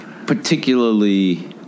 particularly